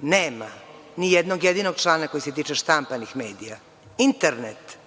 nema ni jednog jedinog člana koji se tiče štampanih medija. Internet nije